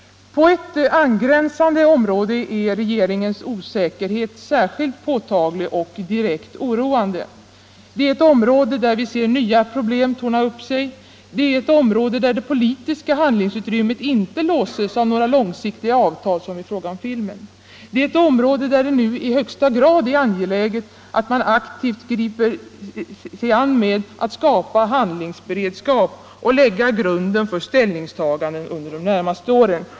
På ett angränsande område är regeringens osäkerhet särskilt påtaglig och direkt oroande. Det är ett område där vi ser nya problem torna upp sig, det är ett område där det politiska handlingsutrymmet inte låses av några långsiktiga avtal som i fråga om filmen, det är ett område där det nu i högsta grad är angeläget att man aktivt griper sig an att skapa handlingsberedskap och lägga grunden för ställningstaganden under de närmaste åren.